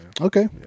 Okay